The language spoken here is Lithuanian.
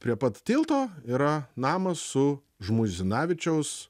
prie pat tilto yra namas su žmuizinavičiaus